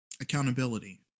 accountability